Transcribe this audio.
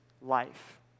life